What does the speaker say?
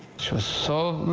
she was so